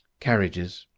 carriages